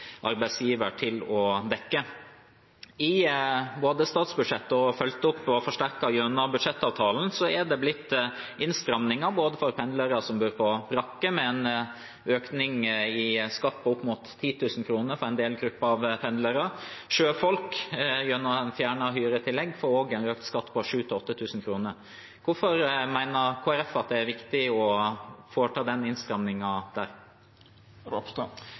arbeidsgivere til å dekke. Både i statsbudsjettet og fulgt opp og forsterket gjennom budsjettavtalen er det blitt innstramninger for pendlere som bor på brakke, med en økning i skatt på opp mot 10 000 kr for en del grupper pendlere. Sjøfolk får gjennom fjerning av hyretillegget en økt skatt på 7 000–8 000 kr. Hvorfor mener Kristelig Folkeparti det er viktig å foreta den